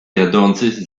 jadących